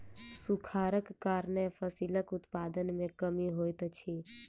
सूखाड़क कारणेँ फसिलक उत्पादन में कमी होइत अछि